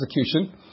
execution